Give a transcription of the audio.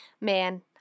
Man